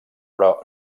però